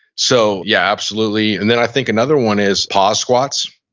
so yeah, absolutely. and then i think another one is pause squats.